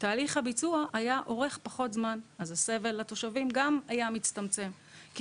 תהליך הביצוע היה אורך פחות זמן ואז הסבל לתושבים גם היה מצטמצם כי